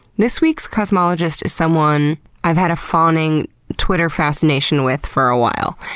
this week's cosmologist is someone i've had a fawning twitter fascination with for a while,